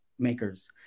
makers